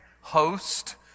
host